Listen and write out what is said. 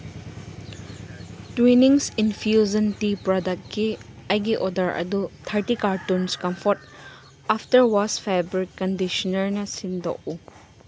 Twinings infusion tea ꯄ꯭ꯔꯗꯛꯀꯤ ꯑꯩꯒꯤ order ꯑꯗꯨ thirty cartons Comfort after wash fabric ꯀꯟꯗꯤꯁꯅꯔꯅ ꯁꯤꯟꯗꯣꯛꯎ